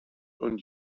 und